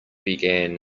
began